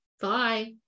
Bye